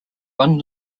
one